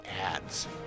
ads